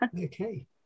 Okay